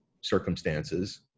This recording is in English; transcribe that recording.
circumstances